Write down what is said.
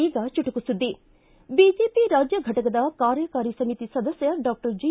ಈಗ ಚುಟುಕು ಸುದ್ದಿ ಬಿಜೆಪಿ ರಾಜ್ಯ ಫಟಕದ ಕಾರ್ಯಕಾರಿ ಸಮಿತಿ ಸದಸ್ಯ ಡಾಕ್ಟರ್ ಜಿ